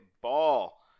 ball